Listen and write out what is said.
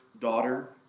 daughter